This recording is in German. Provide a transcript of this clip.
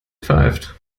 pfeift